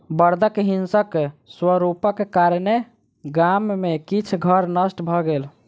बड़दक हिंसक स्वरूपक कारणेँ गाम में किछ घर नष्ट भ गेल